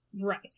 Right